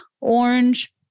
orange